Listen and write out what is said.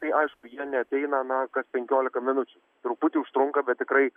tai aišku jie neateina na kas penkiolika minučių truputį užtrunka bet tikrai